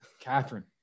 Catherine